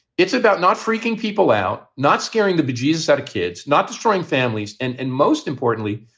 it's about not freaking people out, not scaring the bejesus out of kids, not destroying families. and and most importantly,